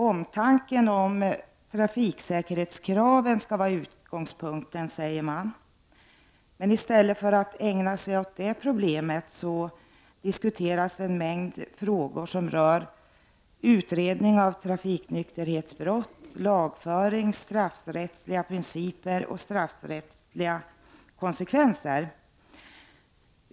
Omtanken om trafiksäkerhetskraven skall vara utgångspunkten, sägs det. Men i stället för att ägna sig åt det problemet diskuteras en mängd frågor rörande utredning av trafiknykterhetsbrott, lagföring, straffrättsliga principer och straffrättsliga konsekvenser.